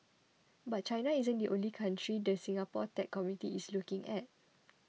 but China isn't the only country the Singapore tech community is looking at